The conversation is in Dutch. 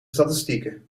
statistieken